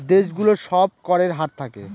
দেশ গুলোর সব করের হার থাকে